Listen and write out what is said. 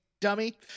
dummy